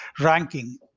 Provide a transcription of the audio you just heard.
ranking